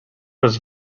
was